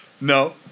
No